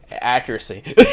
accuracy